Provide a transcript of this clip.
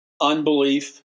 unbelief